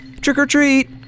Trick-or-treat